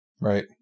right